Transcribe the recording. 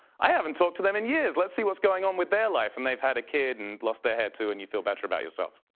i haven't talked to them in years. let's see what's going on in their life. and they've had a kid and lost their hair too, and you feel better about yourself.